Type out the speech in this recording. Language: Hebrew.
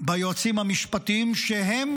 ביועצים המשפטיים, שהם